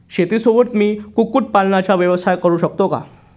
शेतीसोबत मी कुक्कुटपालनाचा व्यवसाय करु शकतो का?